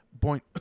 point